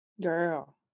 girl